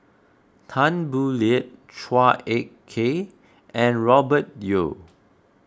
Tan Boo Liat Chua Ek Kay and Robert Yeo